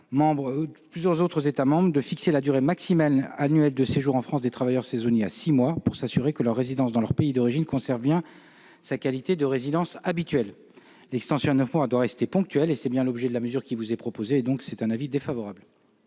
par plusieurs autres États membres, de fixer la durée maximale annuelle de séjour en France des travailleurs saisonniers à six mois, pour s'assurer que leur résidence dans leur pays d'origine conserve bien sa qualité de résidence habituelle. L'extension à neuf mois doit rester ponctuelle, comme prévu dans la mesure qui vous est proposée. L'avis est donc défavorable.